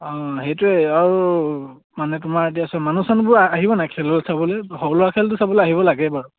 অঁ সেইটোৱে আৰু মানে তোমাৰ এতিয়া আছে মানুহ চানুহবোৰ আহিব নাই খেল চাবলে খেলটো চাবলে আহিব লাগে বাৰু